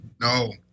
No